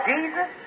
Jesus